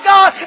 God